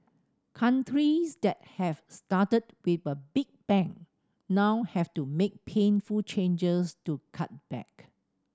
countries that have started with a big bang now have to make painful changes to cut back